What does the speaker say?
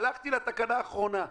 הלכתי לתקנה האחרונה,